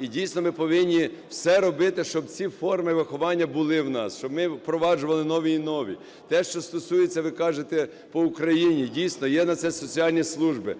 І, дійсно, ми повинні все робити, щоб ці форми виховання були в нас, щоб ми впроваджували нові і нові. Те, що стосується, ви кажете, по Україні. Дійсно, є на це соціальні служби.